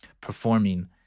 performing